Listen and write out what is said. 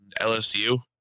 lsu